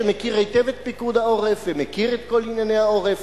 שמכיר היטב את פיקוד העורף ומכיר את כל ענייני העורף,